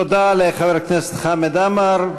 תודה לחבר הכנסת חמד עמאר.